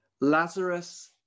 Lazarus